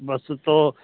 बस तो